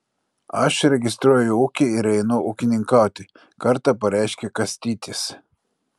aš registruoju ūkį ir einu ūkininkauti kartą pareiškė kastytis